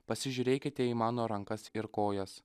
pasižiūrėkite į mano rankas ir kojas